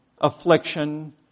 affliction